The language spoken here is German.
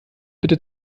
bitte